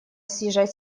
съезжать